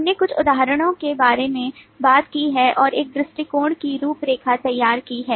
हमने कुछ उदाहरणों के बारे में बात की है और एक दृष्टिकोण की रूपरेखा तैयार की है